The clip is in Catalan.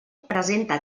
presenta